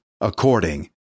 according